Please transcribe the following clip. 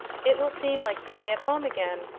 it will seem like being at home again,